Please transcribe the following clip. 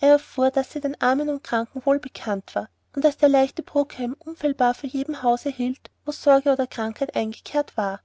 er erfuhr daß sie den armen und kranken wohl bekannt war und daß der leichte brougham unfehlbar vor jedem hause hielt wo sorge oder krankheit eingekehrt war